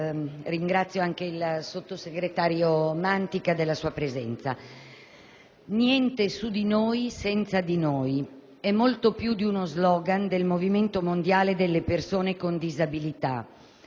ringrazio innanzitutto il sottosegretario Mantica per la sua presenza. «Niente su di noi senza di noi»: è molto più di uno slogan del movimento globale delle persone con disabilità;